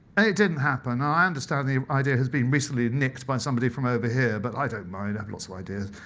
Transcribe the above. and it didn't happen. i understand the idea has been recently nicked by somebody from over here, but i don't mind. i have lots of ideas.